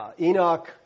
Enoch